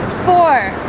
for